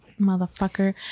Motherfucker